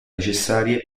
necessarie